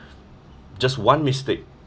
just one mistake